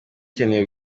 ikeneye